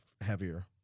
heavier